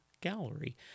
Gallery